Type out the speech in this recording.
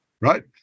right